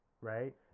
right